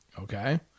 okay